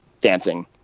dancing